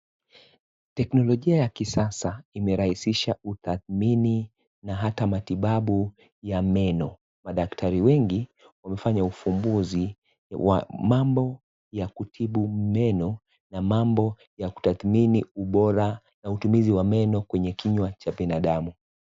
Teknolojia ya kisasa imeraisisha utadthmini na hata matibabu ya meno. Madaktari wengi umifanya ufumbuzi wa mambo ya kutibu meno na mambo ya kutadhmini ubora na utumizi wa meno kwenye kinywa cha binadamu.